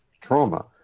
trauma